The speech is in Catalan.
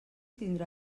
tindrà